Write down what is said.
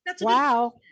Wow